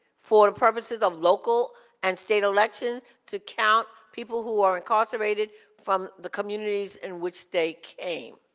for the purposes of local and state elections, to count people who are incarcerated from the communities in which they came.